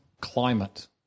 climate